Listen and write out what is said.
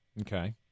Okay